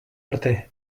arte